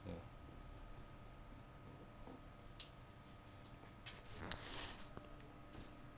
ya